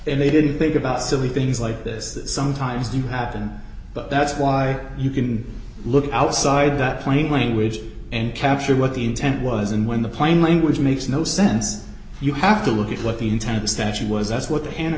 and they didn't think about silly things like this that sometimes do happen but that's why you can look outside that plain language and capture what the intent was and when the plain language makes no sense you have to look at what the intent of the statue was that's what hannah